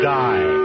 die